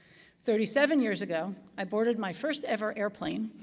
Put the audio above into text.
thirty-seven years ago, i boarded my first-ever airplane,